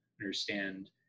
understand